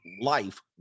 life